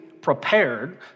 prepared